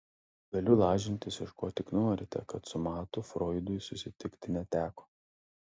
galiu lažintis iš ko tik norite kad su matu froidui susitikti neteko